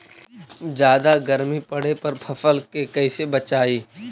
जादा गर्मी पड़े पर फसल के कैसे बचाई?